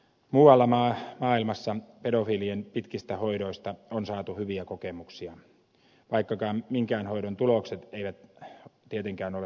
muualla maailmassa pedofiilien pitkistä hoidoista on saatu hyviä kokemuksia vaikkakaan minkään hoidon tulokset eivät tietenkään ole sataprosenttisia